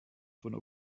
von